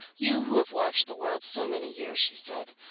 you who have watched the world so many years, she said,